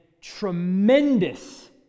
tremendous